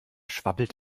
schwabbelt